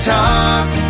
talk